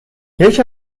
یکی